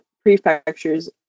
prefectures